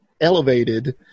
elevated